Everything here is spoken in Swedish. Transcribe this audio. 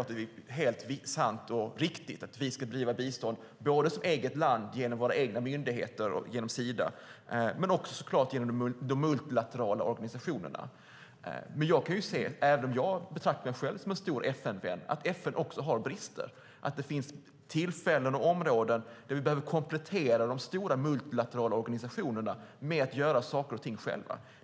att det är helt sant och riktigt att vi ska bedriva bistånd som eget land genom våra egna myndigheter och genom Sida men också genom de multilaterala organisationerna. Men jag kan se, även om jag betraktar mig själv som en stor FN-vän, att FN också har brister. Det finns tillfällen och områden där vi behöver komplettera de stora multilaterala organisationerna med att göra saker och ting själva.